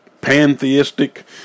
pantheistic